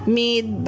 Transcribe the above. made